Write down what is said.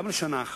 גם לשנה אחת,